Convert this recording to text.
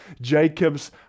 Jacob's